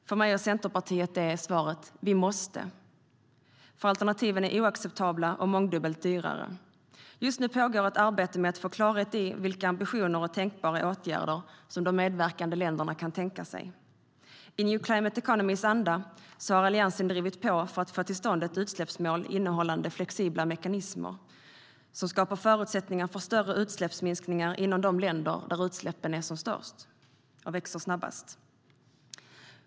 För mig och Centerpartiet är svaret att vi måste, för alternativen är oacceptabla och mångdubbelt dyrare. Just nu pågår ett arbete med att få klarhet i vilka ambitioner och tänkbara åtgärder de medverkande länderna kan tänka sig. I new climate economys anda har Alliansen drivit på för att få till stånd ett utsläppsmål innehållande flexibla mekanismer som skapar förutsättningar för större utsläppsminskningar inom de länder där utsläppen är som störst och växer snabbast.